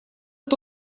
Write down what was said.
вот